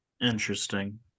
Interesting